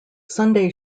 sunday